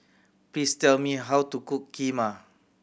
please tell me how to cook Kheema